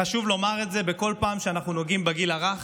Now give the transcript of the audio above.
חשוב לומר את זה בכל פעם שאנחנו נוגעים בגיל הרך.